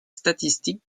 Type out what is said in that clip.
statistiques